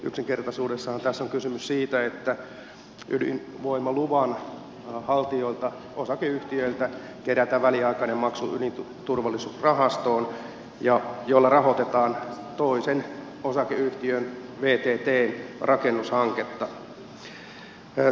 yksinkertaisuudessaanhan tässä on kysymys siitä että ydinvoimaluvan haltijoilta osakeyhtiöiltä kerätään väliaikainen maksu ydinturvallisuusrahastoon jolla rahoitetaan toisen osakeyhtiön vttn rakennushanketta